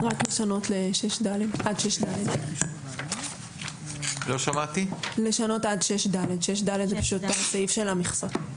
רק לשנות עד 6ד. 6ד זה פשוט הסעיף של המכסות.